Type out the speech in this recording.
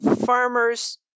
farmers